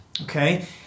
Okay